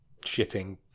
shitting